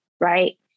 right